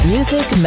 Music